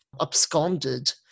absconded